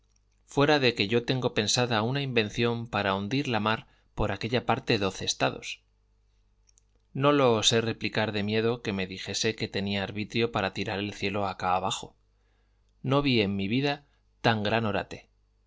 fuera de que yo tengo pensada una invención para hundir la mar por aquella parte doce estados no lo osé replicar de miedo que me dijese que tenía arbitrio para tirar el cielo acá abajo no vi en mi vida tan gran orate